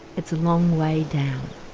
it's a long way down.